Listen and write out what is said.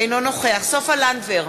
אינו נוכח סופה לנדבר,